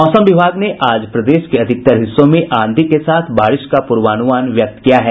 मौसम विभाग ने आज प्रदेश के अधिकतर हिस्सों में आंधी के साथ बारिश का पूर्वानुमान व्यक्त किया है